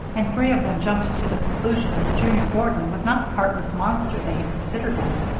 and three of them jumped to the conclusion that the junior warden was not the heartless monster they had considered him.